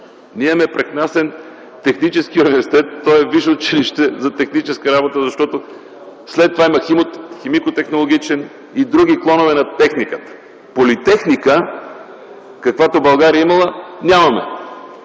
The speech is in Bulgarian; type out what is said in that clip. Ние имаме прекрасен Технически университет. Той е висше училище за техническа работа, а пък след това има Химико-технологичен и други клонове на техниката. Политехника, каквато България е имала, нямаме,